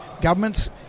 Governments